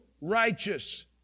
righteous